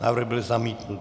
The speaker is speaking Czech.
Návrh byl zamítnut.